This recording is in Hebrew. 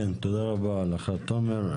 כן, תודה רבה לך, תומר.